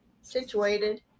situated